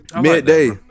Midday